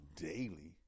Daily